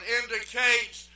indicates